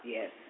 Yes